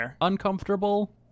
uncomfortable